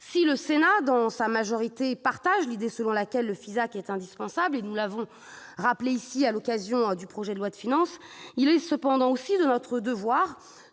Si le Sénat dans sa majorité partage l'idée selon laquelle le Fisac est indispensable- nous l'avons rappelé lors de l'examen du projet de loi de finances -, il est cependant aussi de notre devoir,